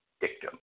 dictum